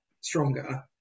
stronger